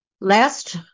Last